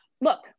look